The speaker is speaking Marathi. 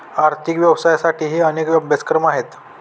आर्थिक अभ्यासासाठीही अनेक अभ्यासक्रम आहेत